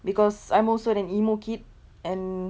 because I'm also an emo kid and